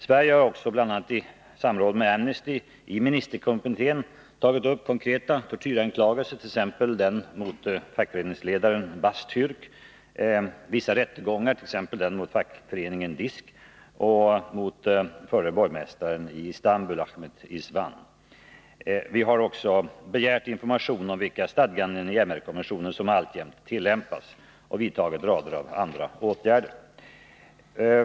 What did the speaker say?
Sverige har också, bl.a. i samråd med Amnesty, i ministerkommittén tagit upp konkreta tortyranklagelser, t.ex. den mot fackföreningsledaren Bastärk, och vissa rättegångar, t.ex. den mot fackföreningen DISK och mot förre borgmästaren i Istambul Achmet Isvan. Vi har också begärt information om vilka stadganden i konventionen som alltjämt tillämpas, och vi har vidtagit rader av andra åtgärder.